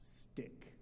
stick